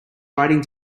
riding